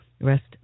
Rest